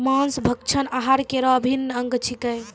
मांस भक्षण आहार केरो अभिन्न अंग छिकै